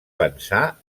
pensar